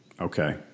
Okay